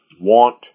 want